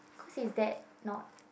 cause his dad not